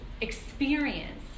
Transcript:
experience